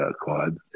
Claude